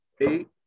eight